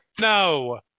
No